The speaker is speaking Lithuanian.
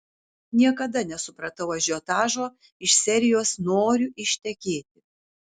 niekada nesupratau ažiotažo iš serijos noriu ištekėti